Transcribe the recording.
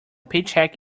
paycheck